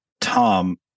Tom